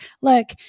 Look